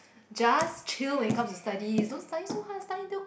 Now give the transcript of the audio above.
just chill when it comes to study don't study so hard study until